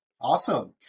Awesome